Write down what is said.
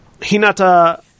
Hinata